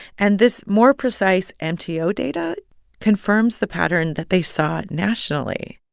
and this more precise mto data confirms the pattern that they saw nationally.